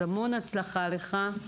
המון הצלחה לך.